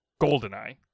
Goldeneye